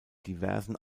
diversen